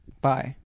Bye